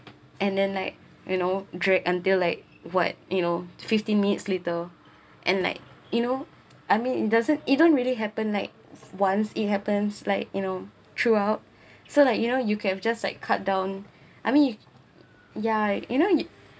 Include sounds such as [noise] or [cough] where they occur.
and then like you know drag until like what you know fifteen minutes later and like you know I mean it doesn't it don't really happen like once it happens like you know throughout [breath] so like you know you can just like cut down [breath] I mean yeah you know you